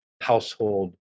household